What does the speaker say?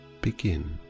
begin